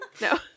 No